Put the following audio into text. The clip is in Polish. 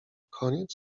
koniec